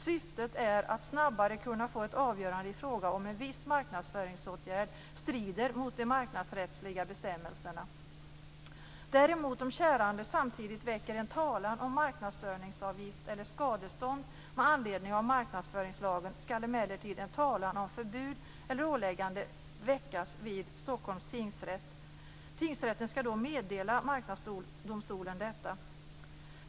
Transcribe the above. Syftet är att snabbare kunna få ett avgörande i fråga om en viss marknadsföringsåtgärd strider mot de marknadsrättsliga bestämmelserna. Om kärande däremot samtidigt väcker en talan om marknadsstörningsavgift eller skadestånd med anledning av marknadsföringslagen skall emellertid en talan om förbud eller åläggande väckas vid Stockholms tingsrätt. Tingsrätten skall då meddela Marknadsdomstolen detta.